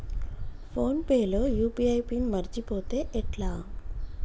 Phone pay లో UPI pin మరచిపోతే ఎట్లా?